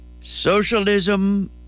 Socialism